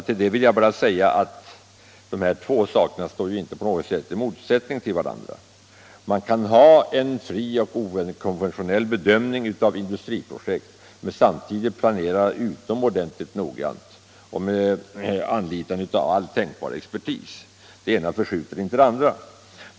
Till det vill jag bara säga att dessa två saker inte står i någon motsättning till varandra. Man kan ha en fri och okonventionell bedömning av industriprojekt men samtidigt planera utomordenligt noggrant och med anlitande av all tänkbar expertis. Det ena förskjuter inte det andra.